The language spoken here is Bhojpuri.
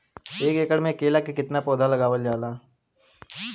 एक एकड़ में केला के कितना पौधा लगावल जाला?